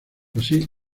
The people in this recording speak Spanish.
así